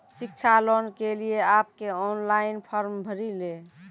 शिक्षा लोन के लिए आप के ऑनलाइन फॉर्म भरी ले?